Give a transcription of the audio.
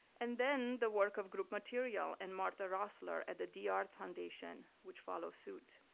and then, the work of group material and martha rosler at the dia art foundation, which follows suit.